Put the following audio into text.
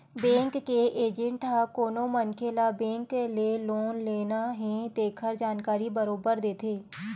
bank के agent ह कोनो मनखे ल बेंक ले लोन लेना हे तेखर जानकारी बरोबर देथे